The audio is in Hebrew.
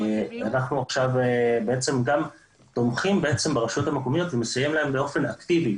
אנחנו גם תומכים ברשויות המקומיות ומסייעים להם באופן אקטיבי.